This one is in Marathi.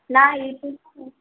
नाही